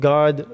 God